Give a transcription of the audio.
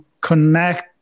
connect